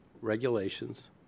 regulations